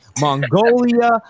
Mongolia